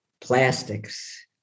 Plastics